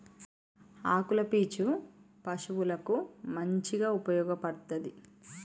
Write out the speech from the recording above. ఆకుల పీచు పశువులకు మంచిగా ఉపయోగపడ్తది